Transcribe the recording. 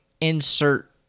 insert